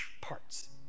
parts